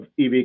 EV